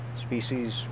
species